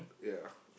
ya